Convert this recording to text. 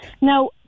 Now